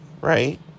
right